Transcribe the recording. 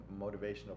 motivational